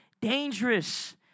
dangerous